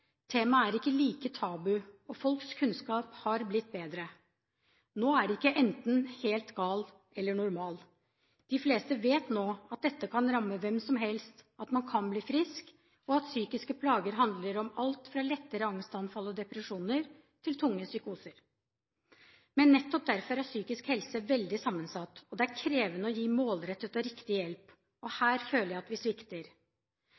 Temaet er ikke like tabu, og folks kunnskap har blitt bedre. Nå er det ikke enten helt gal eller normal. De fleste vet nå at dette kan ramme hvem som helst, at man kan bli frisk, og at psykiske plager handler om alt fra lettere angstanfall og depresjoner til tunge psykoser. Men nettopp derfor er psykisk helse veldig sammensatt, og det er krevende å gi målrettet og riktig hjelp. Her føler jeg at vi svikter.